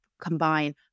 combine